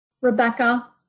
Rebecca